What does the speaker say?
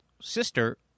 sister